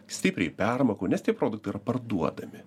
stipriai permokau nes tie produktai yra parduodami